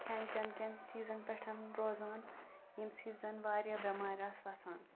کھیٚن چٮ۪ن کیٚن چیٖزَن پیٚٹھ روزان ییٚمہِ سۭتۍ زَن واریاہ بیٚمارِ آسہٕ وَژھ مَژٕ